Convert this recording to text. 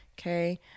Okay